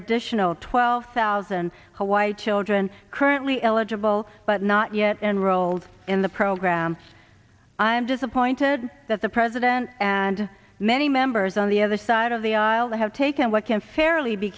additional twelve thousand hawaii children currently eligible but not yet enrolled in the program i am disappointed that the president and many members on the other side of the aisle have taken what can fairly be